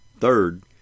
Third